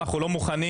אנחנו לא מוכנים,